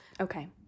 Okay